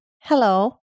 Hello